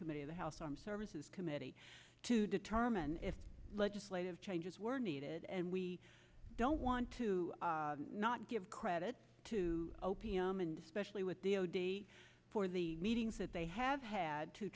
committee of the house armed services committee to determine if legislative changes were needed and we don't want to not give credit to o p m and especially with the o d for the meetings that they have had to